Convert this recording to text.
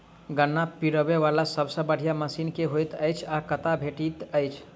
गन्ना पिरोबै वला सबसँ बढ़िया मशीन केँ होइत अछि आ कतह भेटति अछि?